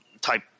type